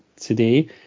today